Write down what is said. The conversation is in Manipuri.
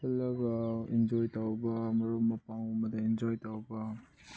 ꯆꯠꯂꯒ ꯑꯦꯟꯖꯣꯏ ꯇꯧꯕ ꯃꯔꯨꯞ ꯃꯄꯥꯡꯒꯨꯝꯕꯗ ꯑꯦꯟꯖꯣꯏ ꯇꯧꯕ